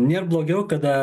nėr blogiau kada